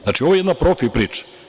Znači, ovo je jedna profi-priča.